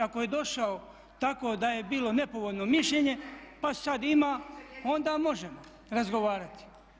Ako je došao tako da je bilo nepovoljno mišljenje pa sad ima onda možemo razgovarati.